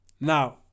Now